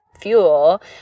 fuel